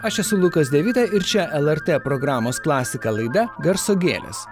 aš esu lukas devida ir čia lrt programos klasika laida garso gėlės